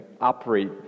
operate